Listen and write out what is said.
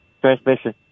Transmission